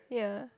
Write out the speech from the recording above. yeah